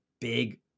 big